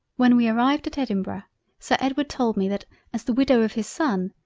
when we arrived at edinburgh sir edward told me that as the widow of his son,